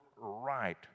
right